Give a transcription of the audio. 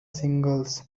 singles